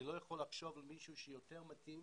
אני לא יכול לחשוב על מישהו שיותר מתאים